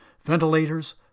ventilators